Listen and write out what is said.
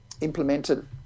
implemented